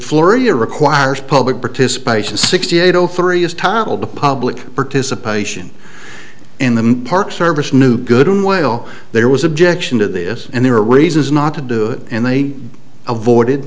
florida requires public participation sixty eight zero three is titled the public participation in the park service new good in well there was objection to this and there were reasons not to do it and they avo